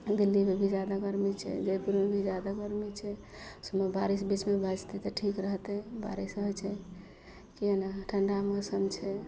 दिल्लीमे भी जादा गरमी छै जयपुरमे भी जादा गरमी छै एहिसबमे बारिश बीचमे भै जेतै तऽ ठीक रहतै बारिश होइ छै कि ठण्डा मौसम छै